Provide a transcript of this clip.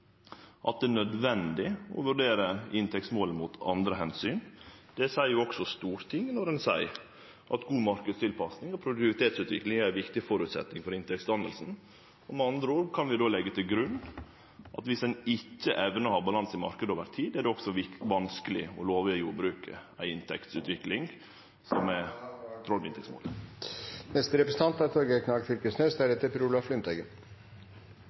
at det er nødvendig å vurdere inntektsmålet mot andre omsyn. Det seier jo også Stortinget når ein seier at god marknadtilpassing og produktivitetsutvikling er ein viktig føresetnad for inntektsdanninga. Då kan vi med andre ord leggje til grunn at viss ein ikkje evner å ha balanse i marknaden over tid, er det også vanskeleg å love jordbruket ei inntektsutvikling som er høgare enn dei er